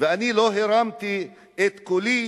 ואני לא הרמתי את קולי,